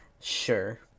Sure